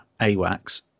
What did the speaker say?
AWACS